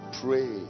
pray